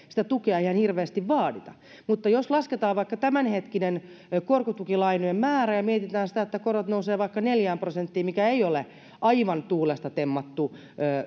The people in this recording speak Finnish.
sitä tukea ihan hirveästi vaadita mutta jos lasketaan vaikka tämänhetkinen korkotukilainojen määrä ja mietitään sitä että korot nousevat vaikka neljään prosenttiin mikä ei ole aivan tuulesta temmattu